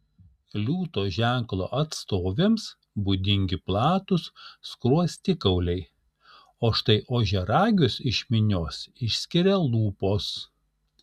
liūto ženklo atstovėms būdingi platūs skruostikauliai o štai ožiaragius iš minios išskiria lūpos